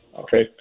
Okay